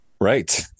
Right